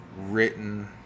written